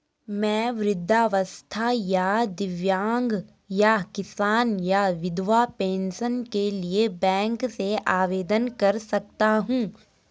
मैं वृद्धावस्था या दिव्यांग या किसान या विधवा पेंशन के लिए बैंक से आवेदन कर सकता हूँ?